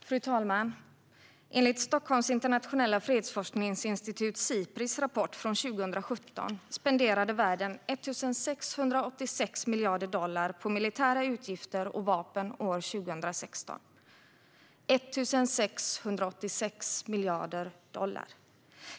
Fru talman! Enligt Stockholms internationella fredsforskningsinstitut Sipris rapport från 2017 spenderade världen 1 686 miljarder dollar på militära utgifter och vapen 2016 - 1 686 miljarder dollar!